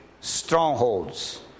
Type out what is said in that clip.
strongholds